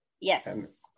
Yes